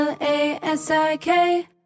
L-A-S-I-K